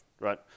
right